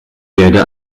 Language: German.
werde